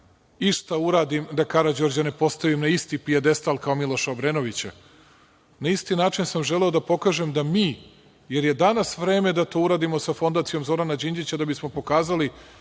išta uradim da Karađorđa ne postavim na isti pijedestal kao Miloša Obrenovića. Na isti način sam želeo da pokažem da mi, jer je danas vreme da to uradimo sa Fondacijom Zorana Đinđića da bismo pokazali